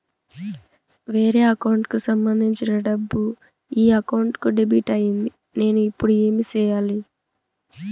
వేరే అకౌంట్ కు సంబంధించిన డబ్బు ఈ అకౌంట్ కు డెబిట్ అయింది నేను ఇప్పుడు ఏమి సేయాలి